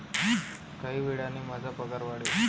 काही वेळाने माझा पगार वाढेल